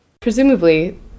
Presumably